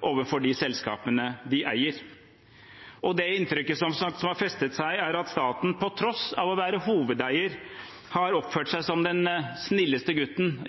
overfor de selskapene de eier. Det inntrykket som – som sagt – har festet seg, er at staten på tross av å være hovedeier har oppført seg som den snilleste gutten,